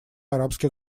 арабских